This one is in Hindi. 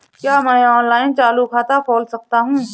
क्या मैं ऑनलाइन चालू खाता खोल सकता हूँ?